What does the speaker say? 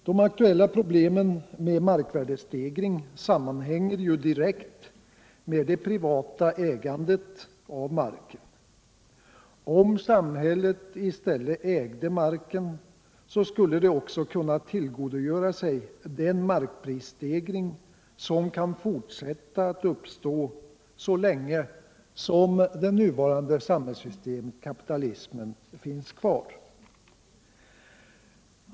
De aktuella problemen i samband med markvärdestegring sammanhänger ju direkt med det privata ägandet av marken. Om i stället samhället ägde marken, skulle samhället också kunna tillgodogöra sig den markprisstegring som kan fortsätta att uppstå så länge vårt nuvarande samhällssystem, kapitalismen, finns kvar.